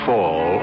Fall